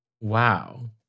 Wow